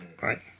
Right